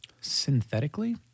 Synthetically